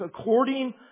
according